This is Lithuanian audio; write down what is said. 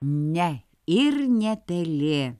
ne ir ne pelė